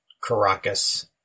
Caracas